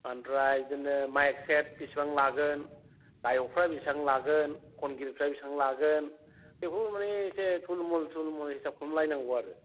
ओमफ्राय बिदिनो mic set बिसिबां लागोन गायकफ्रा बिसिबां लागोन खनगिरिफ्रा बिसिबां लागोन बेखौ माने इसे थुलमुल थुलमुल हिसाब खालामलायनांगौ आरो